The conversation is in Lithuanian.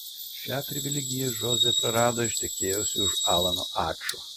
šią privilegiją žozė prarado ištekėjusi už alano ačo